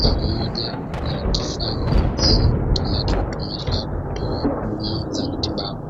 pamoja na kifaa maalumu kinachotumika kutoa huduma za matibabu.